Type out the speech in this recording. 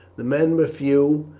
the men were few,